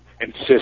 insist